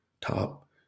top